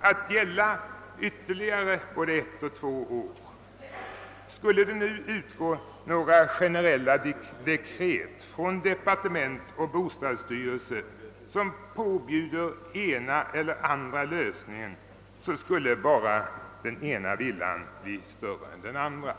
kommer att gälla ytterligare både ett och två år. Skulle det nu från departementet och bostadsstyrelsen utgå några generella dekret, som påbjuder den ena eller den andra lösningen, skulle bara den ena villan bli större än den andra.